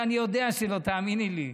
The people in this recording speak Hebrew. אני יודע שלא, תאמיני לי.